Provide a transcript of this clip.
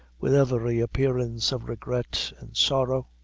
with every appearance of regret and sorrow.